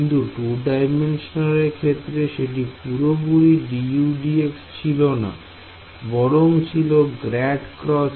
কিন্তু 2D র ক্ষেত্রে সেটি পুরোপুরি dudx ছিলনা বরং ছিল ∇× H